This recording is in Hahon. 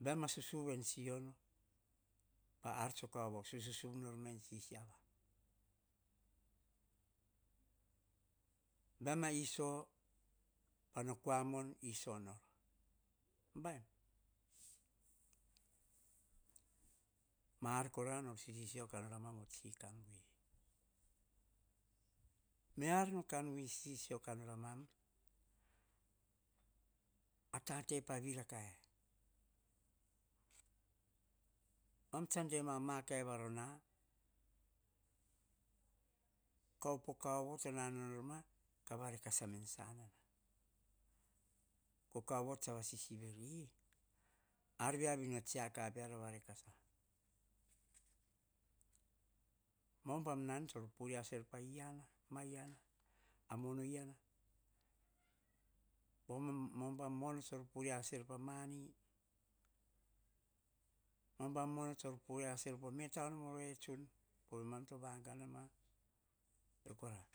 Baim a susuvu em sisono, pa ar tso kavo susuvu nor ma em siasiava. Baim a iso pa no kua mon, iso nor baim bavo. Ma ar kora sisisio ka nor amam, tatepa vira kae. Emam tsa dema amakae varona, ka ka op o kano to nanao norma, kava rekasa eme en sanana. Kaoyo tsa vasisin er ar viavi no tsiaka peara vare kasa, ubam nan tsor pure kaser, po iana, ma iana. Amono iana ubam mono tso pure asel pamowo mani, ubam mono tsor pure asel pa ma mono mete ono moro e tsun. Po ma to vagan ama vei kora.